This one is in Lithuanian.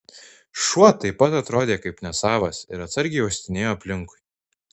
šuo taip pat atrodė kaip nesavas ir atsargiai uostinėjo aplinkui